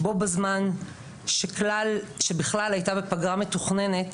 בו בזמן שבגלל הייתה בפגרה מתוכננת